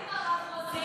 מה עם הרב רוזין?